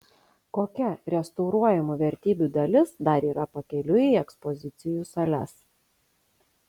kokia restauruojamų vertybių dalis dar yra pakeliui į ekspozicijų sales